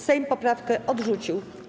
Sejm poprawkę odrzucił.